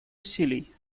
усилий